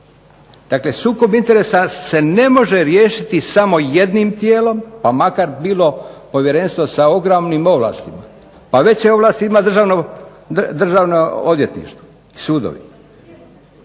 Dakle, sukob interesa se ne može riješiti samo jednim tijelom pa makar bilo povjerenstvo sa ogromnim ovlastima. Pa veće ovlasti ima Državno odvjetništvo i sudovi.